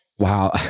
Wow